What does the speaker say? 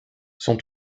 sont